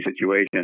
situation